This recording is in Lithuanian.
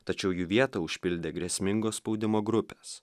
tačiau jų vietą užpildė grėsmingo spaudimo grupės